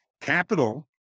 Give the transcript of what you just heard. Capital